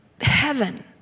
heaven